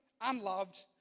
unloved